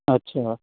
अच्छा